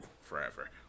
Forever